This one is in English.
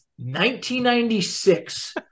1996